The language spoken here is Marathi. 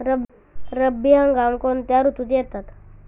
रब्बी हंगाम कोणत्या ऋतूत येतात?